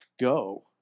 go